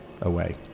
away